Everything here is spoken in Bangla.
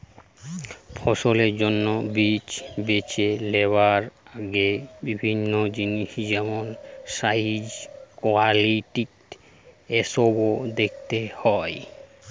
ফসলের জন্যে বীজ বেছে লিবার আগে বিভিন্ন জিনিস যেমন সাইজ, কোয়ালিটি এসোব দেখতে হয়